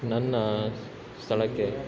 ನನ್ನ ಸ್ಥಳಕ್ಕೆ